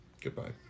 Goodbye